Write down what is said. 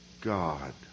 God